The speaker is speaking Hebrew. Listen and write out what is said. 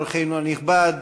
אורחנו הנכבד,